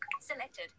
Selected